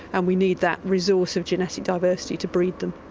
and we need that resource of genetic diversity to breed them.